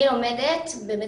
בבית